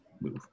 move